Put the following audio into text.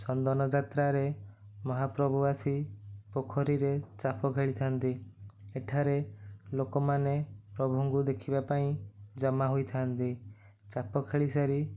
ଚନ୍ଦନ ଯାତ୍ରାରେ ମହାପ୍ରଭୁ ଆସି ପୋଖରୀରେ ଚାପ ଖେଳିଥାନ୍ତି ଏଠାରେ ଲୋକମାନେ ପ୍ରଭୁଙ୍କୁ ଦେଖିବାପାଇଁ ଜମା ହୋଇଥାନ୍ତି ଚାପ ଖେଳିସାରି